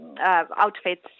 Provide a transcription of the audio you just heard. outfits